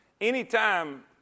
anytime